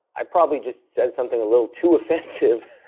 i probably just said something a little too offensive.